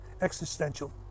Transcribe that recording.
existential